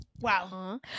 wow